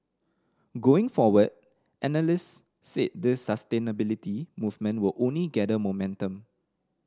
going forward analysts said this sustainability movement will only gather momentum